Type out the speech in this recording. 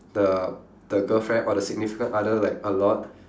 the the girlfriend or the significant other like a lot